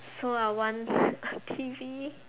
so I want a T_V